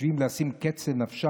חושבים לשים קץ לחייהם,